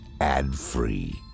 ad-free